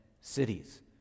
cities